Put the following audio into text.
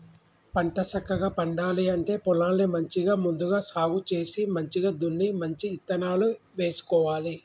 పంట సక్కగా పండాలి అంటే పొలాన్ని మంచిగా ముందుగా సాగు చేసి మంచిగ దున్ని మంచి ఇత్తనాలు వేసుకోవాలి